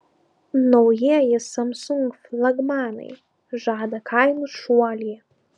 naujieji samsung flagmanai žada kainų šuolį